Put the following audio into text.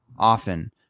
often